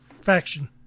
Faction